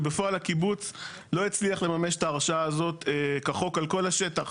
ובפועל הקיבוץ לא הצליח לממש את ההרשאה הזאת כחוק על כל השטח.